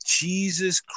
Jesus